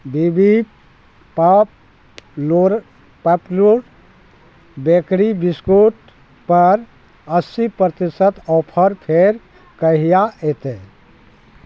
B B pop popular bakery बिस्कुटपर अस्सी प्रतिशत ऑफर फेर कहिया औतय